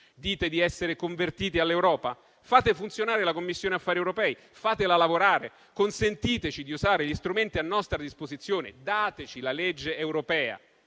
Dite di essere convertiti all'Europa? Fate funzionare la Commissione affari europei, fatela lavorare. Consentiteci di usare gli strumenti a nostra disposizione, dateci la legge europea.